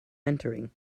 entering